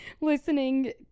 listening